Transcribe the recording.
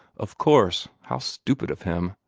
of course! how stupid of him!